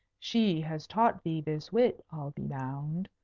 she has taught thee this wit, i'll be bound.